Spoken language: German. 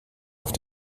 auf